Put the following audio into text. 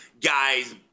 guys